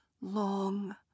long